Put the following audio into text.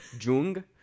Jung